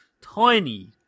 tiny